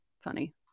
funny